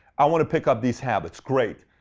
i want to pick up these habits. great.